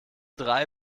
drei